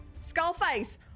skullface